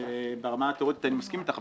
ברמה התיאורטית אני מסכים אתך,